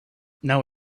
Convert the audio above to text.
now